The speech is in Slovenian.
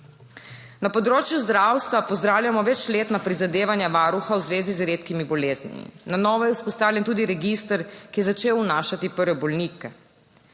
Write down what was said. Na področju zdravstva pozdravljamo večletna prizadevanja Varuha v zvezi z redkimi boleznimi, na novo je vzpostavljen tudi register, ki je začel vnašati prve bolnike.